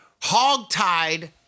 hogtied